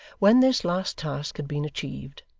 when this last task had been achieved,